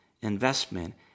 investment